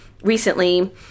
recently